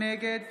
נגד